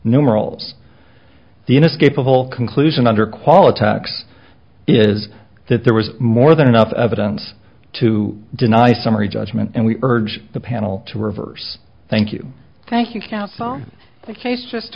numerals the inescapable conclusion under quality x is that there was more than enough evidence to deny summary judgment and we urge the panel to reverse thank you thank you counsel the case just